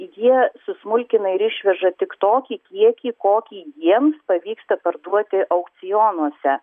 jie susmulkina ir išveža tik tokį kiekį kokį jiems pavyksta parduoti aukcionuose